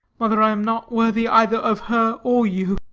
mother, i am not worthy either of her or you.